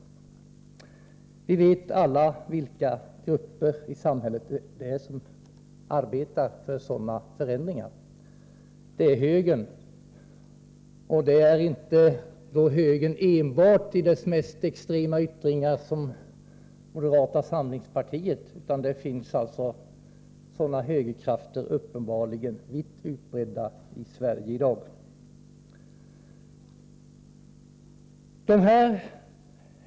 Vi vet alla vilka grupper i samhället som arbetar för sådana förändringar. Det är högern, och det är då inte enbart högern i dess mest extrema yttring som moderata samlingspartiet, utan högerkrafterna finns uppenbarligen vitt utbredda i Sverige i dag.